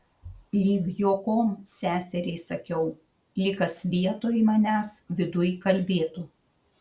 lyg juokom seseriai sakiau lyg kas vietoj manęs viduj kalbėtų